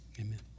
Amen